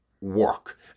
work